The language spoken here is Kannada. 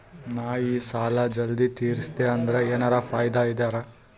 ನಾ ಈ ಸಾಲಾ ಜಲ್ದಿ ತಿರಸ್ದೆ ಅಂದ್ರ ಎನರ ಫಾಯಿದಾ ಅದರಿ?